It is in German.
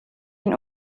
ihn